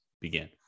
begin